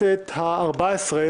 הכנסת העשרים-ושלוש,